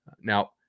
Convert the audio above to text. Now